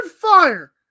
fire